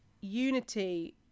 unity